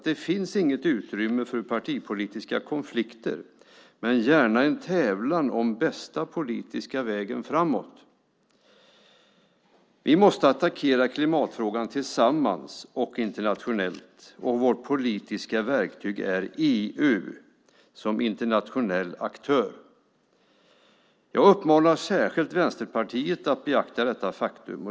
Det finns inget utrymme för partipolitiska konflikter men gärna en tävlan om den bästa politiska vägen framåt. Vi måste attackera klimatfrågan tillsammans och internationellt. Vårt politiska verktyg är EU som internationell aktör. Jag uppmanar särskilt Vänsterpartiet att beakta detta faktum.